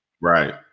Right